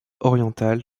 orientale